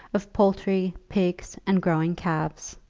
of poultry, pigs, and growing calves.